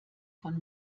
von